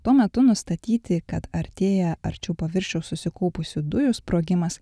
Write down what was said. tuo metu nustatyti kad artėja arčiau paviršiaus susikaupusių dujų sprogimas